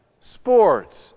sports